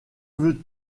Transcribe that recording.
veux